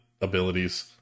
abilities